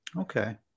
Okay